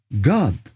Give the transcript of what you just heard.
God